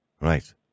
Right